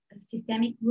systemic